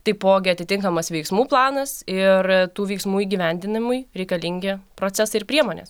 taipogi atitinkamas veiksmų planas ir tų veiksmų įgyvendinimui reikalingi procesai ir priemonės